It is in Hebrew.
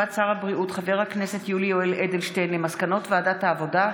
הודעת שר הבריאות יולי יואל אדלשטיין על מסקנות ועדת העבודה,